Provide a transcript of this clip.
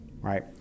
right